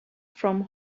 from